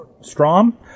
Strom